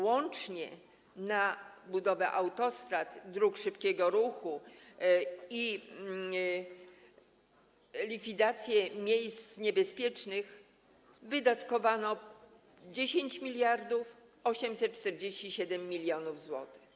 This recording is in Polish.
Łącznie na budowę autostrad, dróg szybkiego ruchu i likwidację miejsc niebezpiecznych wydatkowano 10 847 mln zł.